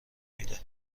میده